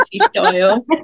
style